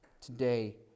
today